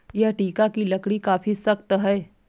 यह टीक की लकड़ी काफी सख्त है